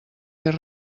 fer